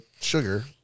sugar